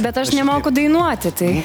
bet aš nemoku dainuoti tai